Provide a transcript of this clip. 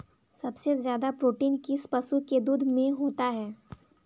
सबसे ज्यादा प्रोटीन किस पशु के दूध में होता है?